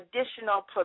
additional